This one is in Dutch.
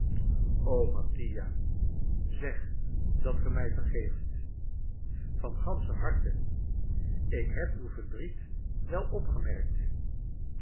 o mattia zeg dat ge mij vergeeft van ganscher harte ik heb uw verdriet wel opgemerkt